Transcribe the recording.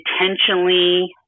intentionally